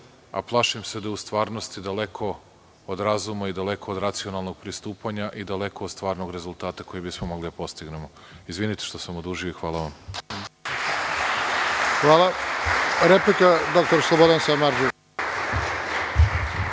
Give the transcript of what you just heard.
a plašim se da je u stvarnosti daleko od razuma i daleko od racionalnog pristupanja i daleko od stvarnog rezultata koji bismo mogli da postignemo. Izvinite što sam odužio. Hvala vam. **Nenad Popović** Hvala. Reč